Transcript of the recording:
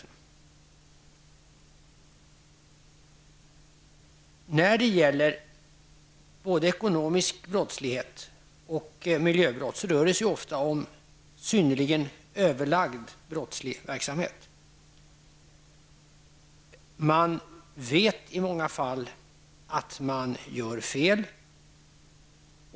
Både när det gäller ekonomisk brottslighet och när det gäller miljöbrotten rör det sig ofta om synnerligen överlagd brottslig verksamhet. Man vet i många fall att man gör fel.